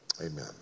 Amen